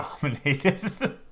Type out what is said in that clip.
dominated